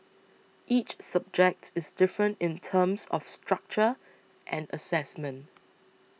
each subject is different in terms of structure and assessment